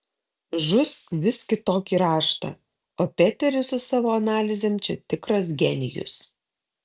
žus vis kitokį raštą o peteris su savo analizėm čia tikras genijus